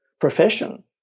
profession